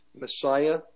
Messiah